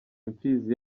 imfizi